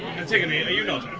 antigone, are you nodding?